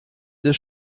des